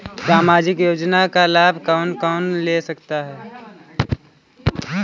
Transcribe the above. सामाजिक योजना का लाभ कौन कौन ले सकता है?